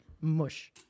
Mush